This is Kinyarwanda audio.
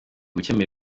gukemura